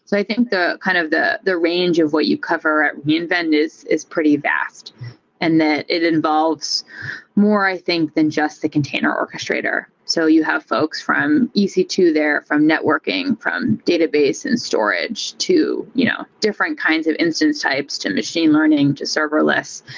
so i think kind of the the range of what you cover at reinvent is is pretty vast and that it involves more i think than just the container orchestrator. so you have folks from e c two, they're from networking, from database and storage to you know different kinds of instance types, to machine learning, to serverless,